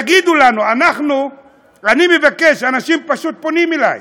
תגידו לנו, אני מבקש, אנשים פשוט פונים אלי,